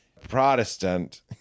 Protestant